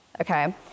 okay